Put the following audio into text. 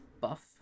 buff